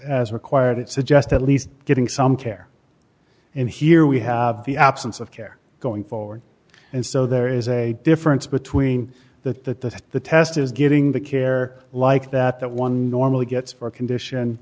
as required it suggest at least getting some care and here we have the absence of care going forward and so there is a difference between that that that the test is getting the care like that that one normally gets for a condition